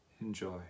Enjoy